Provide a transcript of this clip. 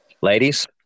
ladies